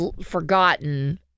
forgotten